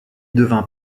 devint